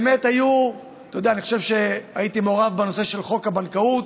הייתי מעורב בנושא של חוק הבנקאות,